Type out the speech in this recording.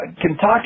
Kentucky